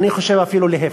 אני חושב אפילו להפך.